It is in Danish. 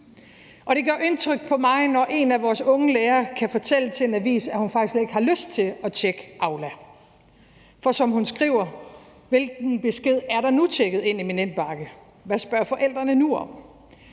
Og det gør indtryk på mig, når en af vores unge lærere kan fortælle til en avis, at hun faktisk slet ikke har lyst til at tjekke Aula, for som hun skriver: Hvilken besked er nu tikket ind i min indbakke, og hvad spørger forældrene nu om?